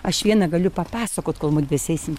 aš viena galiu papasakot kol mudvi sėsim